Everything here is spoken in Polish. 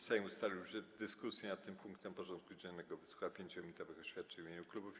Sejm ustalił, że w dyskusji nad tym punktem porządku dziennego wysłucha 5-minutowych oświadczeń w imieniu klubów i kół.